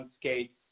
skates